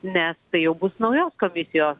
nes tai jau bus naujos komisijos